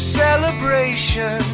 celebration